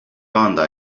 anda